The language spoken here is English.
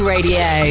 Radio